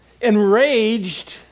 enraged